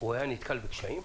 הוא היה נתקל בקשיים?